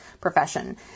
profession